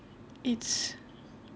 it's